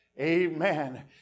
Amen